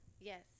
yes